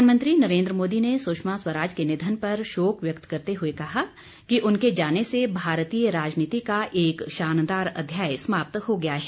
प्रधानमंत्री नरेंद्र मोदी ने सुषमा स्वराज के निधन पर शोक व्यक्त करते हुए कहा कि उनके जाने से भारतीय राजनीति का एक शानदार अध्याय समाप्त हो गया है